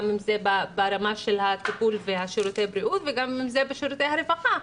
גם אם זה ברמת של הטיפול ושירותי הבריאות וגם אם זה שירותי רווחה,